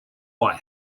why